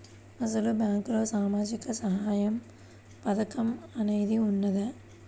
అసలు బ్యాంక్లో సామాజిక సహాయం పథకం అనేది వున్నదా?